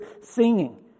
singing